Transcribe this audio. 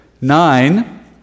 nine